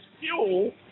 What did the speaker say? fuel